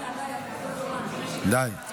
די.